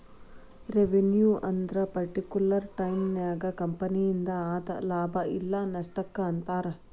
revenue ಅಂದ್ರ particular ಟೈಮನ್ಯಾಗ ಕಂಪನಿಯಿಂದ ಆದ ಲಾಭ ಇಲ್ಲ ನಷ್ಟಕ್ಕ ಅಂತಾರ